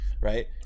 Right